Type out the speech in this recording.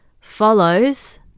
follows